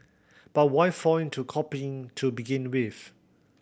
but why fall into copying to begin with